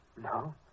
No